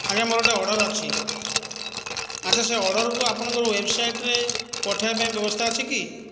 ଆଜ୍ଞା ମୋର ଗୋଟେ ଅର୍ଡର ଅଛି ଆଛା ସେ ଅର୍ଡରକୁ ଆପଣଙ୍କ ୱେବସାଇଟରେ ପଠାଇବା ପାଇଁ ବ୍ୟବସ୍ଥା ଅଛି କି